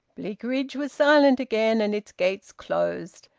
bleakridge was silent again, and its gates closed,